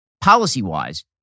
policy-wise